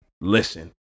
listen